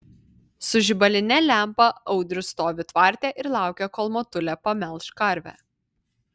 su žibaline lempa audrius stovi tvarte ir laukia kol motulė pamelš karvę